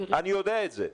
אני יודע את זה.